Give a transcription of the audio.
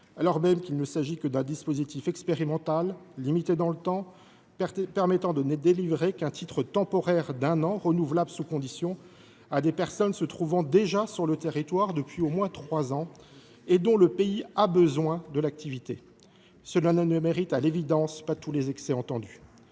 alors même qu’il ne s’agit que d’un dispositif expérimental, limité dans le temps, permettant seulement de délivrer un titre temporaire d’un an renouvelable, sous conditions, à des personnes se trouvant déjà sur le territoire depuis au moins trois ans et exerçant un métier en tension. Cela ne mérite pas tous les excès entendus.